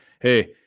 Hey